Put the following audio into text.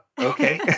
okay